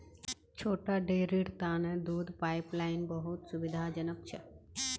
छोटा डेरीर तने दूध पाइपलाइन बहुत सुविधाजनक छ